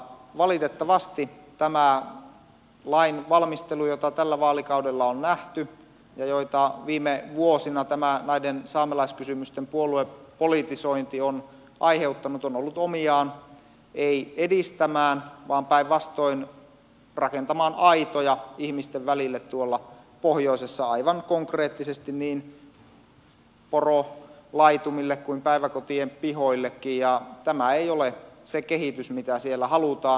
valitettavasti tämän lain valmisteluun liittyvät asiat joita tällä vaalikaudella on nähty ja joita viime vuosina näiden saamelaiskysymysten puoluepolitisointi on aiheuttanut ovat olleet omiaan ei edistämään tätä vaan päinvastoin rakentamaan aitoja ihmisten välille tuolla pohjoisessa aivan konkreettisesti niin porolaitumille kuin päiväkotien pihoillekin ja tämä ei ole se kehitys mitä siellä halutaan